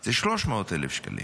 זה 300,000 שקלים.